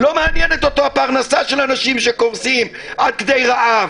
לא מעניינת אותו הפרנסה של אנשים שקורסים עד כדי רעב.